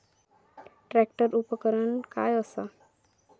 Tractor उपकरण काय असा?